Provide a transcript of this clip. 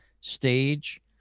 stage